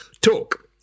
talk